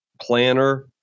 planner